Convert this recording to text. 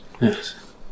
Yes